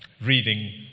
reading